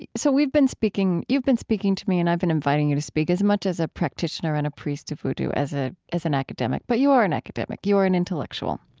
so we've been speaking, you've been speaking to me, and i've been inviting you to speak, as much as a practitioner and a priest of vodou as a, as an academic. but you are an academic. you are an intellectual.